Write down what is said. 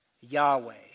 Yahweh